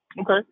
Okay